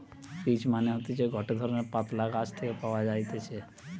peach মানে হতিছে গটে ধরণের পাতলা গাছ থেকে পাওয়া যাইতেছে